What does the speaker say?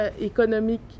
économique